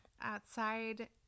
outside